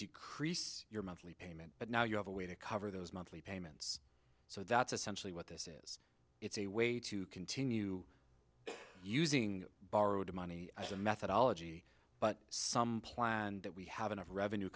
increase your monthly payment but now you have a way to cover those monthly payments so that's essentially what this is it's a way to continue using borrowed money as a methodology but some plan that we have enough revenue